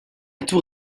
tour